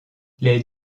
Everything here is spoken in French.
les